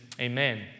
Amen